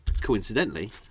coincidentally